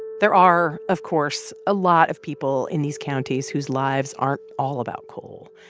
there are, of course, a lot of people in these counties whose lives aren't all about coal.